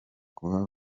kuba